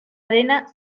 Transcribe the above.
arena